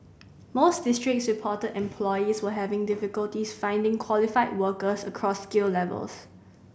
most districts reported employers were having difficulties finding qualified workers across skill levels